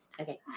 Okay